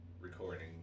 recording